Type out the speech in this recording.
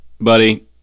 Buddy